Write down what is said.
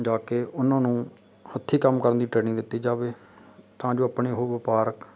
ਜਾ ਕੇ ਉਹਨਾਂ ਨੂੰ ਹੱਥੀਂ ਕੰਮ ਕਰਨ ਦੀ ਟ੍ਰੇਨਿੰਗ ਦਿੱਤੀ ਜਾਵੇ ਤਾਂ ਜੋ ਆਪਣੇ ਉਹ ਵਪਾਰਕ